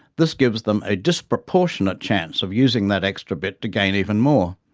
this gives them a disproportionate chance of using that extra bit to gain even more.